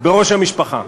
בראש המשפחה.